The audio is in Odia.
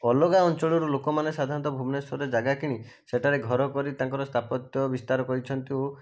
ଅଲଗା ଅଞ୍ଚଳରୁ ଲୋକମାନେ ସାଧାରଣତଃ ଭୁବନେଶ୍ଵରରେ ଜାଗା କିଣି ସେଠାରେ ଘର କରି ତାଙ୍କର ସ୍ଥାପତ୍ୟ ବିସ୍ତାର କରିଛନ୍ତି ଓ